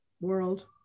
world